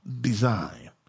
design